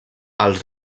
els